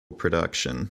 production